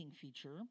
feature